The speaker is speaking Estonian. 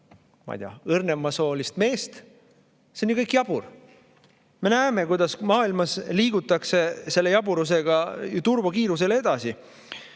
ma ei tea, õrnemasoolist meest? See on ju kõik jabur! Me näeme, kuidas maailmas liigutakse selle jaburusega turbokiirusel edasi.